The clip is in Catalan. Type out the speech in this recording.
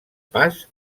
pas